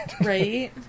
Right